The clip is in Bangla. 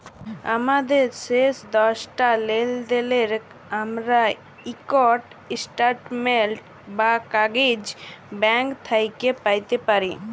আমাদের শেষ দশটা লেলদেলের আমরা ইকট ইস্ট্যাটমেল্ট বা কাগইজ ব্যাংক থ্যাইকে প্যাইতে পারি